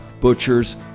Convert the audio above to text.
butchers